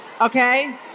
Okay